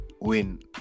win